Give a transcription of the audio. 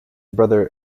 brother